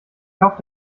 kauft